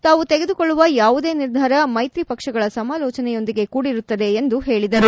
ತಾವು ತೆಗೆದುಕೊಳ್ಳುವ ಯಾವುದೇ ನಿರ್ಧಾರ ಮೈತ್ರಿ ಪಕ್ಷಗಳ ಸಮಾಲೋಚನೆಯೊಂದಿಗೆ ಕೂಡಿರುತ್ತದೆ ಎಂದು ಹೇಳಿದರು